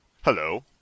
Hello